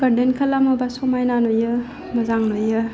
garden खालामोबा समायना नुयो मोजां नुयो